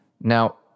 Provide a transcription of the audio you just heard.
Now